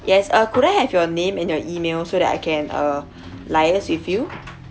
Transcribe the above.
yes uh could I have your name and your email so that I can uh liaise with you